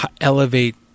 elevate